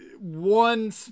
one